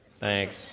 thanks